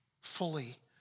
fully